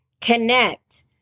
connect